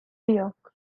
york